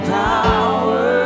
power